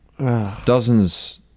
dozens